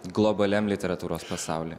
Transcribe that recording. globaliam literatūros pasaulyje